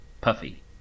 puffy